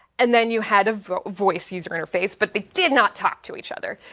and then you had a voice user interface but they did not talk to each other.